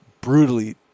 brutally